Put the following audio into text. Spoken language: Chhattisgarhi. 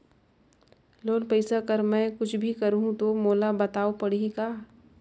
लोन पइसा कर मै कुछ भी करहु तो मोला बताव पड़ही का?